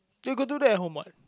you could do that at home what